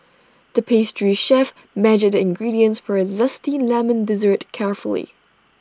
the pastry chef measured the ingredients for A Zesty Lemon Dessert carefully